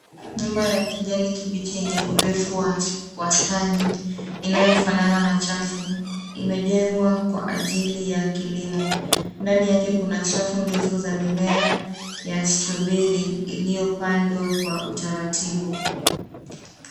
Nyumba ya kijani kibichi yenye urefu wa wastani, inayofanana na chafu. Imejengwa kwa ajili ya kilimo. Ndani yake kuna safu ndefu za mimea ya strawberry ,iliyopandwa kwa utaratibu.